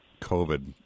COVID